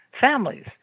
families